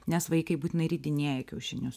nes vaikai būtinai ridinėja kiaušinius